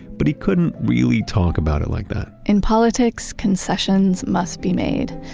but he couldn't really talk about it like that in politics, concessions must be made.